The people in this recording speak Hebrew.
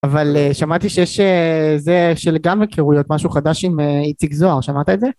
אבל שמעתי שיש זה של גם מכירויות משהו חדש עם איציק זוהר שמעת את זה?